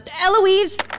Eloise